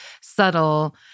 subtle